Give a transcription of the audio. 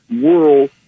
world